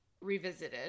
revisited